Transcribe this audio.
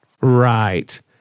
Right